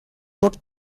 looked